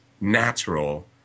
natural